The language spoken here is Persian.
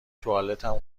توالتم